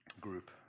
group